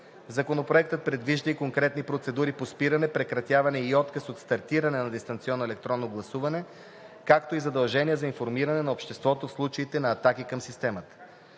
Законопроектът предвижда и конкретни процедури по спиране, прекратяване и отказ от стартиране на дистанционното електронно гласуване, както и задължение за информиране на обществото в случаите на атаки към системата.